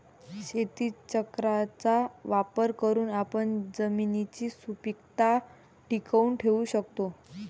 शेतीचक्राचा वापर करून आपण जमिनीची सुपीकता टिकवून ठेवू शकतो